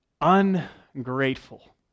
ungrateful